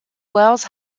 wells